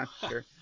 Sure